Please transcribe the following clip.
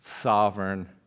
sovereign